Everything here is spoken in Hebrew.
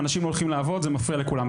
אנשים הולכים לעבוד, זה מפריע לכולם.